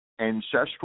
ancestral